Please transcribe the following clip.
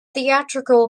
theatrical